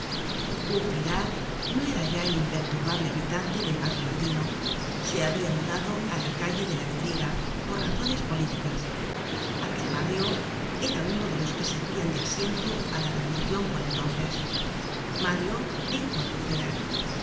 era ya el imperturbable habitante del barrio latino se habia mudado á la calle de la vidriería por razones políticas aquel barrio era uno de los que servian de asiento á la revolucion por entonces mario dijo á